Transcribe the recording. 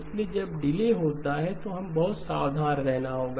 इसलिए जब डिले होती है तो हमें बहुत सावधान रहना होगा